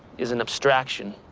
is an abstraction.